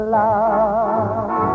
love